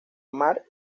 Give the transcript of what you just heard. mark